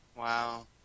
Wow